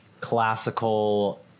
classical